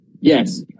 Yes